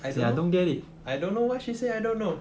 I don't know why she said I don't know